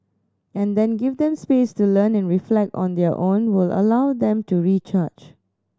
and then give them space to learn and reflect on their own will allow them to recharge